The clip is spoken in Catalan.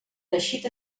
teixit